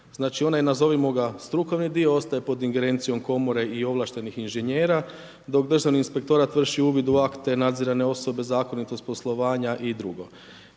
Znači ona je nazovimo ga strukovni dio, ostaje pod ingerencijom komore i ovlaštenih inženjera, dok državni inspektorat vrši uvid u akte, nadzirane osobe, zakonitost poslovanja i drugo.